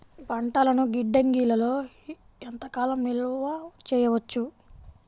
పంటలను గిడ్డంగిలలో ఎంత కాలం నిలవ చెయ్యవచ్చు?